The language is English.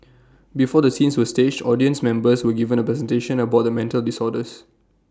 before the scenes were staged audience members were given A presentation about the mental disorders